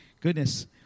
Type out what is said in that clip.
goodness